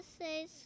say